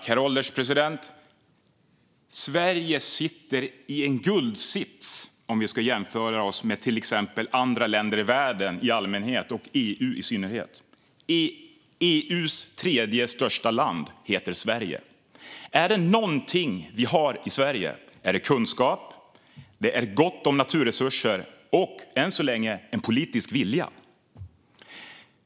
Herr ålderspresident! Sverige sitter i en guldsits, om vi ska jämföra med till exempel andra länder i världen i allmänhet och i EU i synnerhet. EU:s tredje största land heter Sverige. Är det någonting vi har i Sverige är det kunskap, gott om naturresurser och än så länge politisk vilja.